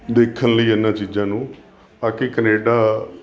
ਦੇਖਣ ਲਈ ਇਹਨਾਂ ਚੀਜ਼ਾਂ ਨੂੰ ਬਾਕੀ ਕਨੇਡਾ